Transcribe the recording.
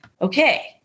okay